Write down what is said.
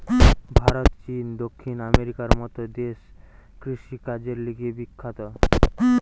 ভারত, চীন, দক্ষিণ আমেরিকার মত দেশ কৃষিকাজের লিগে বিখ্যাত